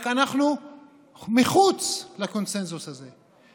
רק אנחנו מחוץ לקונסנזוס הזה,